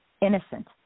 innocent